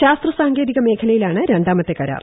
ശാസ്ത്ര സാങ്കേതിക മേഖലയിലാണ് രണ്ടാമത്തെ കരാർ